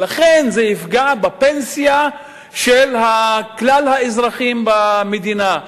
ולכן זה יפגע בפנסיה של כלל האזרחים במדינה.